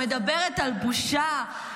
שמדברת על בושה,